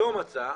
לא מצא,